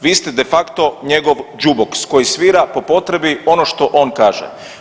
Vi ste de facto njegov džuboks koji svira po potrebi ono što on kaže.